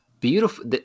beautiful